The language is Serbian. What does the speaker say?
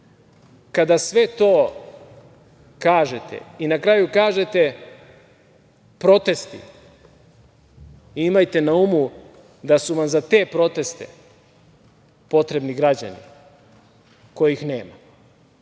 sve to kažete i na kraju kažete – protesti imajte na umu da su vam za te proteste potrebni građani kojih nema. Što